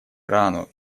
ирану